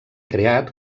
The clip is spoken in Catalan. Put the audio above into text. creat